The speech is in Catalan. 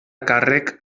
càrrec